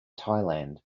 thailand